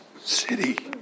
city